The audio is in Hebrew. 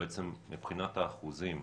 מבחינת האחוזים,